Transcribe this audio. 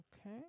Okay